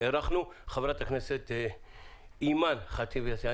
חברת הכנסת אימאן ח'טיב יאסין.